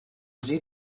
sie